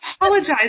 apologize